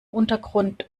untergrund